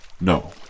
No